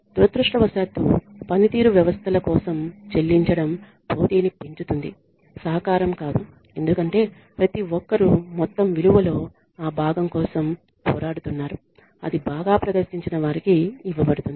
దురదృష్టవశాత్తు పనితీరు వ్యవస్థల కోసం చెల్లించడం పోటీని పెంచుతుంది సహకారం కాదు ఎందుకంటే ప్రతి ఒక్కరూ మొత్తం విలువలో ఆ భాగం కోసం పోరాడుతున్నారు అది బాగా ప్రదర్శించిన వారికి ఇవ్వబడుతుంది